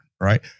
right